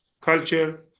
culture